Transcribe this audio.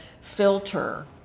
filter